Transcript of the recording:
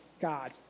God